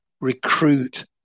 recruit